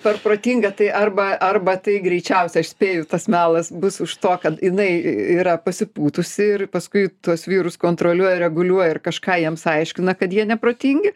per protinga tai arba arba tai greičiausiai aš spėju tas melas bus už to kad jinai yra pasipūtusi ir paskui tuos vyrus kontroliuoja reguliuoja ir kažką jiems aiškina kad jie neprotingi